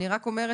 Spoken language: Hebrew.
אני רק אומרת,